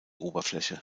oberfläche